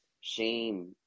shame